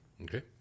Okay